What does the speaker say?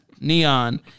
Neon